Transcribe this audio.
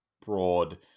broad